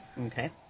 Okay